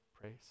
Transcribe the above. praise